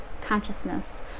consciousness